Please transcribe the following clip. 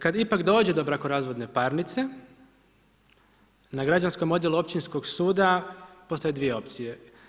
Kad ipak dođe do brakorazvodne parnice, na građanskom odjelu općinskog suda postoje dvije opcije.